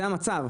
זה המצב.